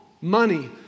money